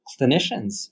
clinicians